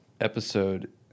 episode